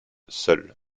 seul